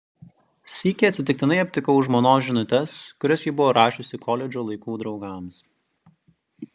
sykį atsitiktinai aptikau žmonos žinutes kurias ji buvo rašiusi koledžo laikų draugams